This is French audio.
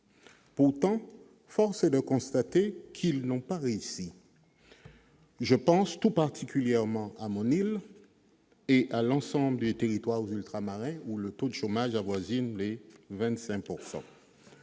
Pourtant, force est de constater qu'ils n'ont pas réussi. Je pense tout particulièrement à mon île et à l'ensemble des territoires ultramarins, où le taux de chômage avoisine 25 %.